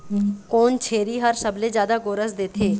कोन छेरी हर सबले जादा गोरस देथे?